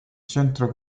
centro